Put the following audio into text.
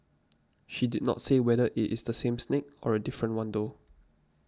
she did not say whether it is the same snake or a different one though